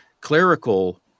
clerical